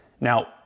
Now